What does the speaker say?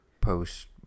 post